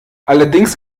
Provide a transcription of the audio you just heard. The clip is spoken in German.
allerdings